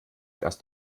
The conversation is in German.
erst